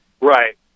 Right